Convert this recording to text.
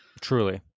Truly